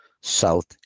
south